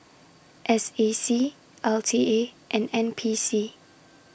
S A C L T A and N P C